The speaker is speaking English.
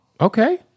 Okay